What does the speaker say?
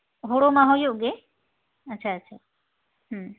ᱦᱩᱲᱩ ᱢᱟ ᱦᱩᱭᱩᱜ ᱜᱮ ᱟᱪᱪᱷᱟ ᱟᱪᱪᱷᱟ ᱦᱮᱸ